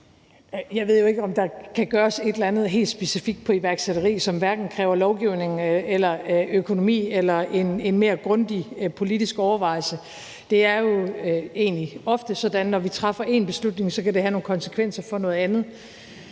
Jeg ved jo ikke, om der kan gøres et eller andet helt specifikt i forhold til iværksætteri, som hverken kræver lovgivning, økonomi eller en mere grundig politisk overvejelse. Det er jo egentlig ofte sådan, at når vi træffer en beslutning, kan det have nogle konsekvenser for noget andet.